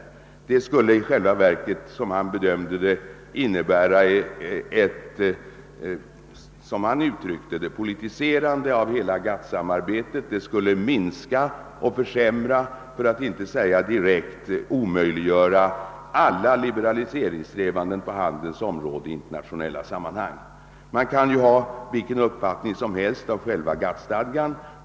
Det skulle i själva verket, som han bedömde det, innebära ett politiserande av hela GATT-samarbetet och minska och försämra, för att inte säga direkt omöjliggöra alla liberaliseringssträvanden på handelns område i internationella sammanhang. Man kan ha vilken uppfattning som helst om själva GATT-stadgan.